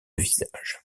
visage